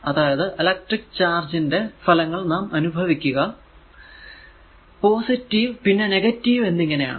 അതായതു electric charge ന്റെ ഫലങ്ങൾ നാം അനുഭവിക്കുക പോസിറ്റീവ് പിന്നെ നെഗറ്റീവ് എന്നിങ്ങനെ ആണ്